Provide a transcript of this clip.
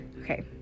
okay